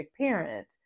parent